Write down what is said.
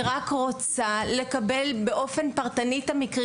אני רק רוצה לקבל באופן פרטני את המקרים